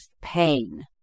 pain